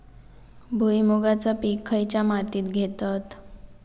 भुईमुगाचा पीक खयच्या मातीत घेतत?